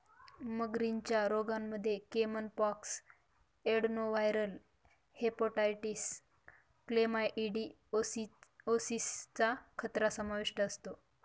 मगरींच्या रोगांमध्ये caiman pox, adenoviral hepatitis, chlamydiosis चा खतरा समाविष्ट असतो